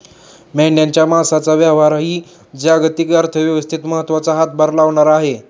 मेंढ्यांच्या मांसाचा व्यापारही जागतिक अर्थव्यवस्थेत महत्त्वाचा हातभार लावणारा आहे